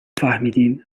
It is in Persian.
فهمیدیم